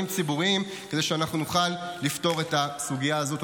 ציבוריים כדי שאנחנו נוכל לפתור את הסוגיה הזאת.